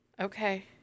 Okay